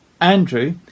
Andrew